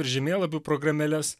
ir žemėlapių programėles